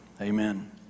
amen